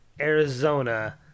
Arizona